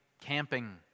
camping